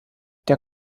der